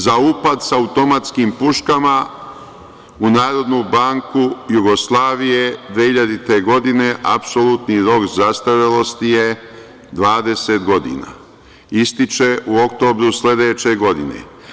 Za upad sa automatskim puškama u Narodnu banku Jugoslavije 2000. godine, apsolutni rok zastarelosti je 20 godina, ističe u oktobru sledeće godine.